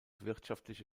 wirtschaftliche